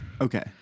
okay